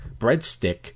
breadstick